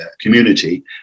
community